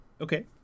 Okay